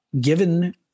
given